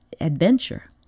adventure